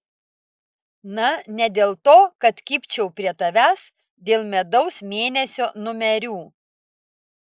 na ne dėl to kad kibčiau prie tavęs dėl medaus mėnesio numerių